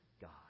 God